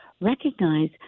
recognize